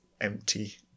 empty